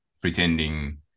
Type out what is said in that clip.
pretending